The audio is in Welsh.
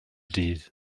dydd